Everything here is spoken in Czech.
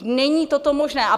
Není toto možné.